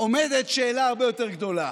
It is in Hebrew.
עומדת שאלה הרבה יותר גדולה: